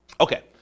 okay